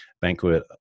Banquet